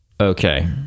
okay